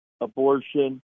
abortion